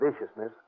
viciousness